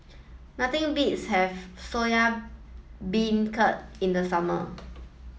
nothing beats having Soya Beancurd in the summer